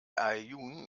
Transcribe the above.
aaiún